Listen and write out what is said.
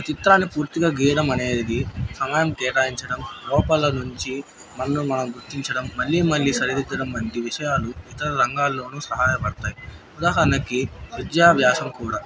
చిత్రాన్ని పూర్తిగా గీయడం అనేది సమయం కేటాయించడం లోపల నుంచి మను మనం గుర్తించడం మళ్ళీ మళ్ళీ సరిదిద్దడం వంటి విషయాలు ఇతర రంగాల్లోనూ సహాయపడతాయి ఉదాహరణకి విద్యాభ్యాసం కూడా